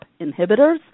inhibitors